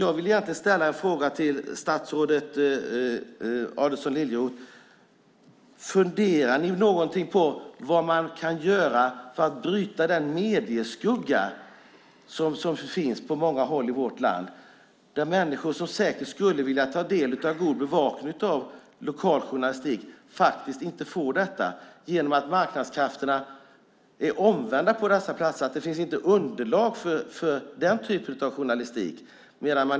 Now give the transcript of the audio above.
Jag vill ställa en fråga till statsrådet Adelsohn Liljeroth: Funderar ni någonting på vad man kan göra för att bryta den medieskugga som finns på många håll i vårt land? Det finns människor som säkert skulle vilja ta del av god bevakning av lokal journalistik men faktiskt inte får detta på grund av att marknadskrafterna är omvända på dessa platser, det vill säga det finns inte underlag för den typen av journalistik.